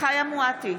מואטי,